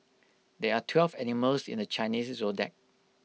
there are twelve animals in the Chinese Zodiac